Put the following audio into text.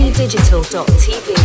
Digital.tv